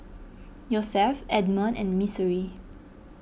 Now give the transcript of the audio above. Yosef Edmon and Missouri